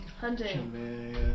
hunting